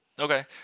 Okay